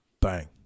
Bang